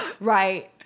Right